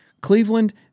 Cleveland